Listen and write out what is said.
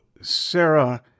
Sarah